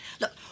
Look